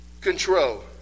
control